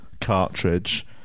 cartridge